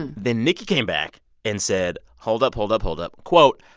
and then nikki came back and said, hold up. hold up. hold up. quote,